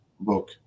book